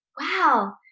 wow